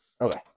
Okay